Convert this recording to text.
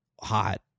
hot